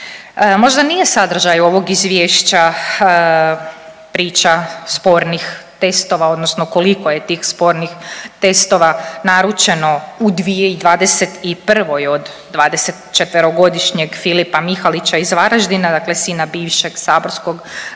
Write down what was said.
Možda nije sadržaj ovog izvješća priča spornih testova odnosno koliko je tih spornih testova naručeno u 2021. od 24-godišnjeg Filipa Mihalića iz Varaždina, dakle sina bivšeg saborskog